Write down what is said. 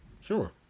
Sure